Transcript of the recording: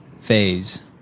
Phase